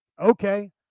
Okay